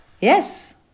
Yes